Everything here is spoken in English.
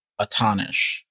atonish